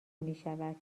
میشود